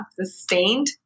sustained